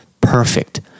Perfect